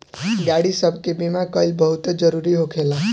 गाड़ी सब के बीमा कइल बहुते जरूरी होखेला